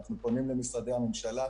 אנחנו פונים למשרדי הממשלה.